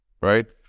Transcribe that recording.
right